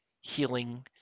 healing